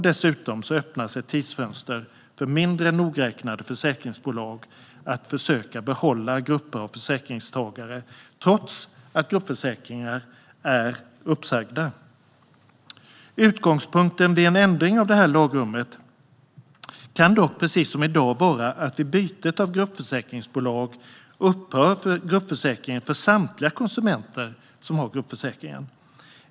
Dessutom öppnas ett tidsfönster för mindre nogräknade försäkringsbolag att försöka behålla grupper av försäkringstagare, trots att gruppförsäkringarna är uppsagda. Utgångspunkten vid en ändring av detta lagrum kan dock precis som i dag vara att vid byte av gruppförsäkringsbolag upphör gruppförsäkringen för samtliga konsumenter som har gruppförsäkringen.